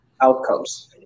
outcomes